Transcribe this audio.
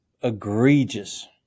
egregious